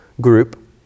group